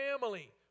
family